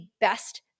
best